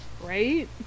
Right